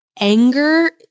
anger